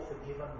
forgiven